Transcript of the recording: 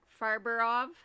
Farberov